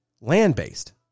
land-based